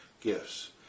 gifts